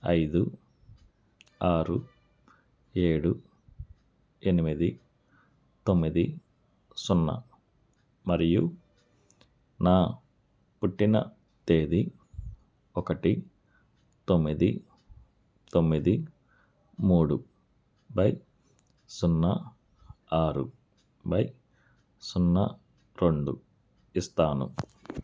ఐదు ఆరు ఏడు ఎనిమిది తొమ్మిది సున్నా మరియు నా పుట్టిన తేదీ ఒకటి తొమ్మిది తొమ్మిది మూడు బై సున్నా ఆరు బై సున్నా రెండు ఇస్తాను